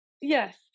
Yes